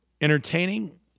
entertaining